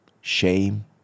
Shame